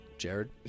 Jared